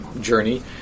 journey